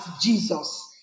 Jesus